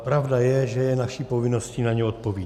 Pravda je, že je naší povinností na ně odpovídat.